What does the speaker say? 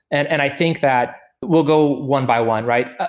and and i think that we'll go one by one, right?